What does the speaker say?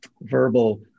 verbal